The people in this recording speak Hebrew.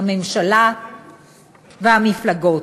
הממשלה והמפלגות.